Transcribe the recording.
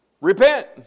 repent